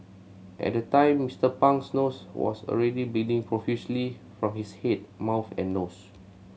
at the time Mister Pang's nose was already bleeding profusely from his head mouth and nose